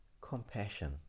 compassion